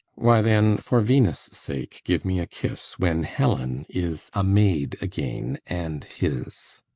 why then, for venus' sake give me a kiss when helen is a maid again, and his.